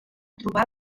trobar